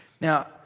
Now